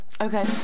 Okay